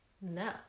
No